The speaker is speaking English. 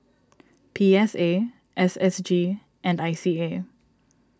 P S A S S G and I C A